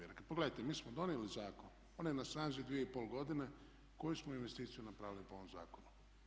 Jer pogledajte mi smo donijeli zakon, on je na snazi 2,5 godine, koju smo investiciju napravili po ovom zakonu?